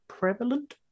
prevalent